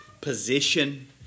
position